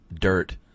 dirt